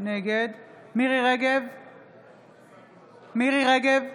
נגד מירי מרים רגב,